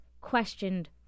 questioned